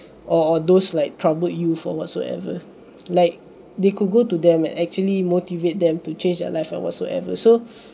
or or those like troubled youth or whatsoever like they could go to them and actually motivate them to change their life or whatsoever so